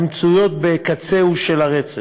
שנמצאים בקצהו של הרצף.